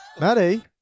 Maddie